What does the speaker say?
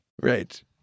Right